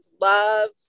love